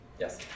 Yes